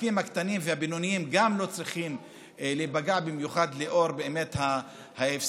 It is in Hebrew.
גם לא צריכים להיפגע במיוחד לאור ההפסדים